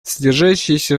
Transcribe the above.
содержащиеся